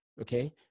okay